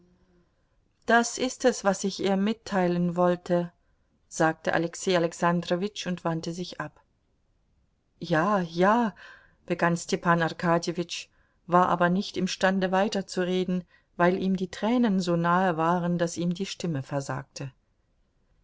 das ist es was ich ihr mitteilen wollte sagte alexei alexandrowitsch und wandte sich ab ja ja begann stepan arkadjewitsch war aber nicht imstande weiterzureden weil ihm die tränen so nahe waren daß ihm die stimme versagte